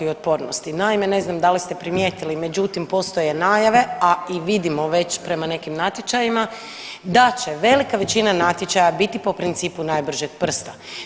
Naime, ne znam da li ste primijetili, međutim postoje najave, a i vidimo već prema nekim natječajima da će velika većina natječaja biti po principu najbržeg prsta.